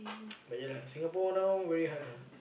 but ya lah Singapore now very hard lah